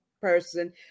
person